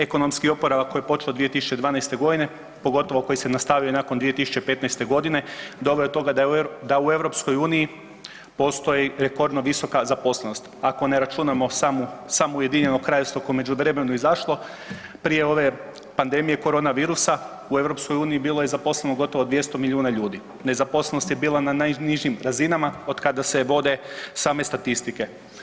Ekonomski oporavak koji je počeo 2012. godine, pogotovo koji se nastavio i nakon 2015. godine doveo je do toga da u EU postoji rekordno visoka zaposlenost, ako ne računamo samo Ujedinjeno Kraljevstvo koje je u međuvremenu izašlo, prije ove pandemije korona virusa u EU bilo je zaposleno 200 milijuna ljudi, nezaposlenost je bila na najnižim razinama od kada se vode same statistike.